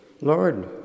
Lord